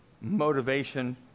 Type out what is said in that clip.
motivation